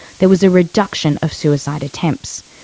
there was a reduction of suicide attempts.